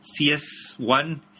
CS1